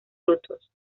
frutos